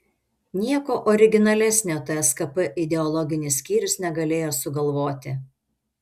nieko originalesnio tskp ideologinis skyrius negalėjo sugalvoti